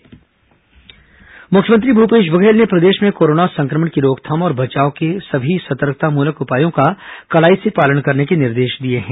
corona मुख्यमंत्री निर्देश मुख्यमंत्री भूपेश बघेल ने प्रदेश में कोरोना संक्रमण की रोकथाम और बचाव के सभी सतर्कतामूलक उपायों का कड़ाई से पालन करने के निर्देश दिए हैं